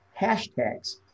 Hashtags